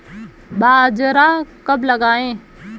बाजरा कब लगाएँ?